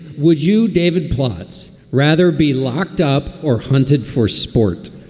would you, david plotz, rather be locked up or hunted for sport?